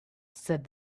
said